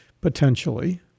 potentially